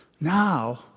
Now